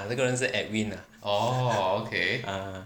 那个人是 edwin lah